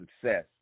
success